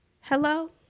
Hello